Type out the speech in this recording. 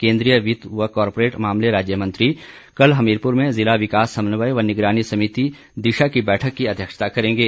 केन्द्रीय वित्त व कॉरपोरेट मामले राज्य मंत्री कल हमीरपुर में जिला विकास समन्वय व निगरानी समिति दिशा की बैठक की अध्यक्षता करेंगे